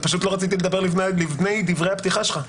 לא רציתי לדבר לפני דברי הפתיחה שלך.